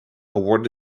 awarded